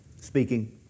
speaking